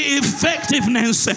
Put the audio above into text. effectiveness